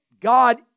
God